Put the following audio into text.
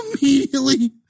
immediately